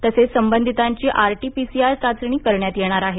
तसेच संबंधिताची आरटीपीसीआर चाचणी करण्यात येणार आहे